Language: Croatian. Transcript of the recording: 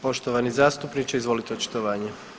Poštovani zastupniče izvolite očitovanje.